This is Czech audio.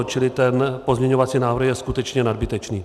Čili ten pozměňovací návrh je skutečně nadbytečný.